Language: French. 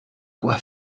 quoi